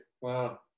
Wow